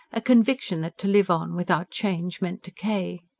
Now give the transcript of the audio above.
a conviction that to live on without change meant decay.